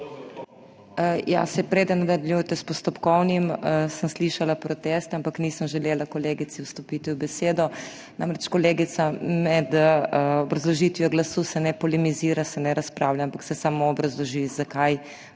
HOT: Preden nadaljujete s postopkovnim, sem slišala proteste, ampak nisem želela kolegici vstopiti v besedo. Kolegica, med obrazložitvijo glasu se ne polemizira, se ne razpravlja, ampak se samo obrazloži, zakaj